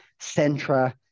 Centra